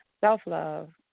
Self-love